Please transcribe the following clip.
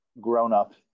grown-up